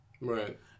Right